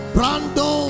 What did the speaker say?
Brando